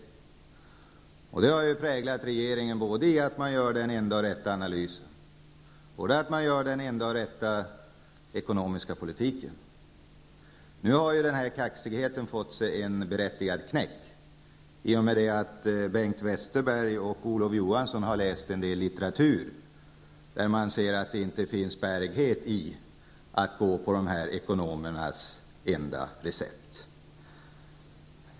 Denna inställning har präglat regeringen på så sätt att man är övertygad om både att man gör den enda och rätta analysen och att man för den enda och rätta ekonomiska politiken. Nu har den här kaxigheten fått sig en berättigad knäck i och med att Bengt Westerberg och Olof Johansson har läst en del litteratur och därmed kommit till insikt om att det inte finns bärighet i att gå på dessa ekonomers enda recept.